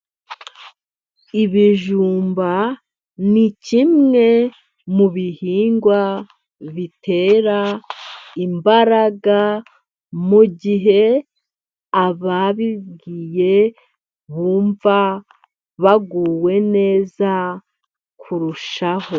Ibijumba ni kimwe mu bihingwa bitera imbaraga, mu gihe ababiriye bumva baguwe neza kurushaho.